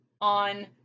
on